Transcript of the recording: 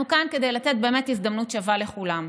אנחנו כאן כדי לתת הזדמנות שווה לכולם,